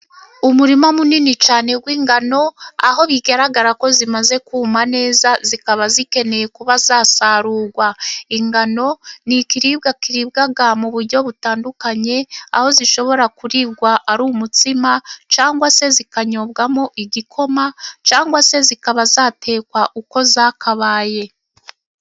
Umurima munini cyane w'ingano, aho bigaragara ko zimaze kuma neza zikaba zikeneye kuba zasarurwa. Ingano ni ikiribwa kiribwa mu buryo butandukanye, aho zishobora kurigwa ari umutsima, cyangwa se zikanyobwamo igikoma, cyangwa se zikaba zatekwa uko zakabaye.